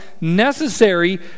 necessary